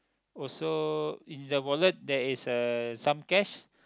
also in the wallet there is some cash